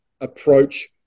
approach